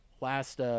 last